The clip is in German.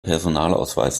personalausweis